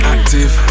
Active